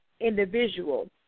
individual